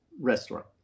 restaurant